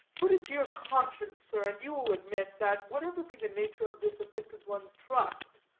put it to your conscience, sir, and you will admit, that, whatever be the nature of this afflicted one's trust,